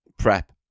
prep